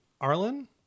Arlen